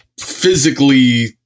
physically